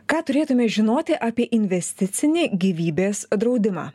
ką turėtume žinoti apie investicinį gyvybės draudimą